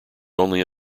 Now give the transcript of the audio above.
only